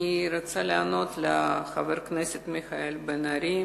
אני רוצה לענות לחבר הכנסת בן-ארי.